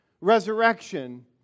resurrection